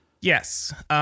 Yes